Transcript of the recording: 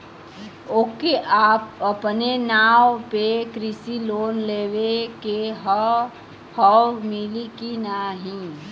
ओके अपने नाव पे कृषि लोन लेवे के हव मिली की ना ही?